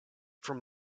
from